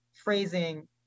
phrasing